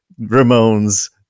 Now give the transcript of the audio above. ramones